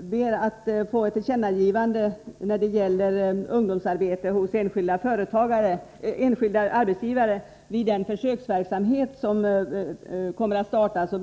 vi om ett tillkännagivande till regeringen beträffande ungdomsarbete hos enskilda arbetsgivare vid försöksverksamheten i Örebro.